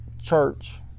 church